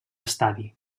estadi